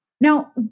Now